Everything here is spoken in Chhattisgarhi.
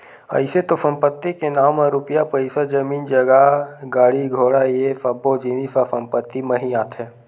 अइसे तो संपत्ति के नांव म रुपया पइसा, जमीन जगा, गाड़ी घोड़ा ये सब्बो जिनिस ह संपत्ति म ही आथे